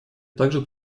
также